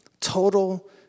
Total